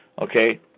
Okay